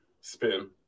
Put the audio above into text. spin